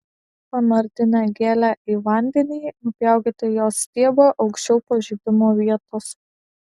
panardinę gėlę į vandenį nupjaukite jos stiebą aukščiau pažeidimo vietos